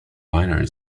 binary